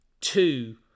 two